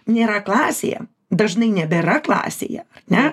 nėra klasėje dažnai nebėra klasėje ne